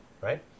right